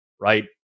right